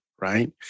right